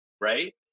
Right